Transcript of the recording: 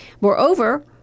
Moreover